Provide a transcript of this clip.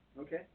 Okay